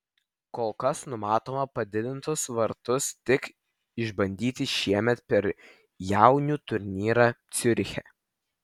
kol kas numatoma padidintus vartus tik išbandyti šiemet per jaunių turnyrą ciuriche